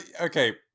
okay